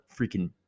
freaking